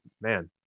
man